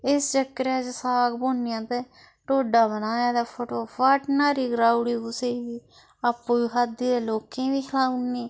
इस चक्करै च साग भुन्नने आं ते टोडा बनाया ते फटोफट्ट न्हारी कराउड़ी कुसै गी आपूं बी खाद्धी ते लोकें बी खलाउनी